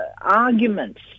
arguments